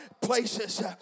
places